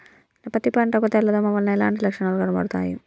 నా పత్తి పంట కు తెల్ల దోమ వలన ఎలాంటి లక్షణాలు కనబడుతాయి?